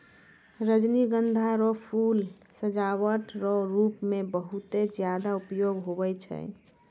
रजनीगंधा रो फूल सजावट रो रूप मे बहुते ज्यादा उपयोग हुवै छै